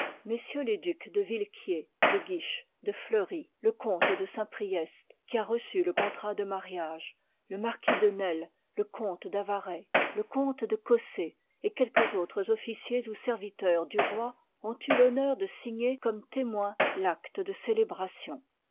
mm les ducs de villequier de guiche de fleury le comte de saintpriest qui a reçu le contrat de mariage j le marquis de nesle le comte d'avaray y le comte de gossé et quelques autres y officiers ou serviteurs du roi ont eu l'honneur de signer comme témoin l'acte de célébration